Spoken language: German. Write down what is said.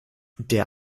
der